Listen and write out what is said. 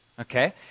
Okay